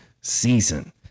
season